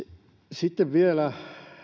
sitten vielä